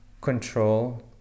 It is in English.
control